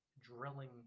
drilling